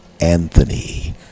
Anthony